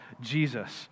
Jesus